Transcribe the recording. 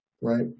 right